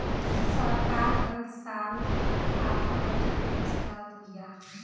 सरकार हल साल आपन बजट पेश करत बिया